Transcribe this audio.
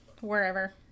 wherever